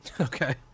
Okay